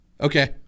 Okay